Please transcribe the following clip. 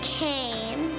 came